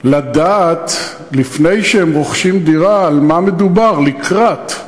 לדעת לפני שהם רוכשים דירה על מה מדובר לקראת,